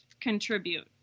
contribute